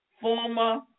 former